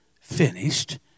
finished